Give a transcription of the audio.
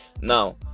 Now